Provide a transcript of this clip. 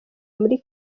muri